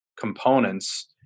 components